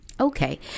Okay